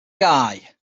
guy